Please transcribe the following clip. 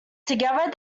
together